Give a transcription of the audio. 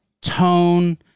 tone